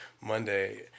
monday